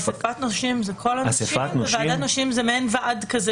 אסיפת נושים זה כל הנושים וועדת נושים היא מעין ועד.